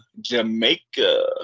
Jamaica